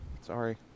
Sorry